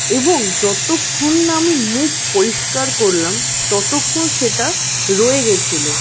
এবং যতক্ষণ না আমি মুখ পরিষ্কার করলাম ততক্ষণ সেটা রয়ে গেছিল